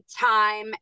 time